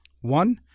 one